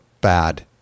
bad